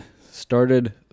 started